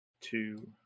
two